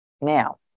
now